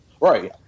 Right